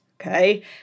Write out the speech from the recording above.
Okay